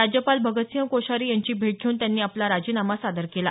राज्यपाल भगतसिंह कोश्यारी यांची भेट घेऊन त्यांनी आपला राजीनामा सादर केला